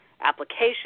application